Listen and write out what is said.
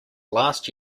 last